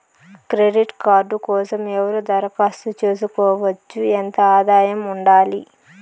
Credit card కోసం ఎవరు దరఖాస్తు చేసుకోవచ్చు? ఎంత ఆదాయం ఉండాలి?